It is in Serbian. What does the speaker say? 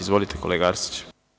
Izvolite kolega Arsiću.